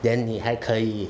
then 你才可以